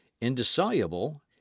indissoluble